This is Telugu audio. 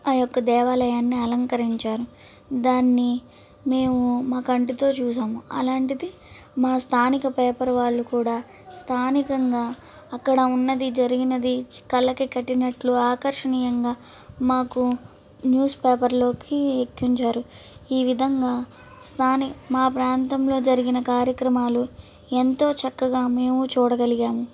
ఆ యొక్క దేవాలయాన్ని అలంకరించారు దాన్ని మేము మా కంటితో చూసాము అలాంటిది మా స్థానిక పేపర్ వాళ్ళు కూడా స్థానికంగా అక్కడ ఉన్నది జరిగినది కళ్ళకి కట్టినట్లు ఆకర్షణీయంగా మాకు న్యూస్ పేపర్లోకి ఎక్కించారు ఈ విధంగా స్థానం మా ప్రాంతంలో జరిగిన కార్యక్రమాలు ఎంతో చక్కగా మేము చూడగలిగాము